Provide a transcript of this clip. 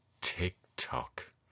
TikTok